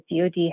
DOD